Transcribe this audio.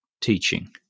teaching